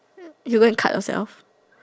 you go and cut yourself